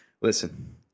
Listen